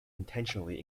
intentionally